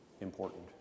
important